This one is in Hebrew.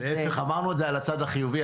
אז --- להיפך אמרנו את זה על הצד החיובי,